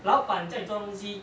老板在做东西